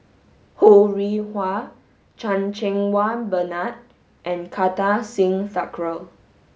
Ho Rih Hwa Chan Cheng Wah Bernard and Kartar Singh Thakral